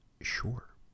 Sure